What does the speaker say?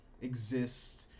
exist